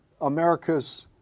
America's